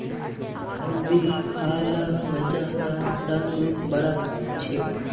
हल्दी खा ल मजा आर रंग रूप बढ़ा छेक